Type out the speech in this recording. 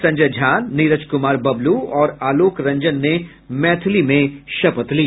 संजय झा नीरज कुमार बबलू और आलोक रंजन ने मैथिली में शपथ ली